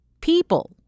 People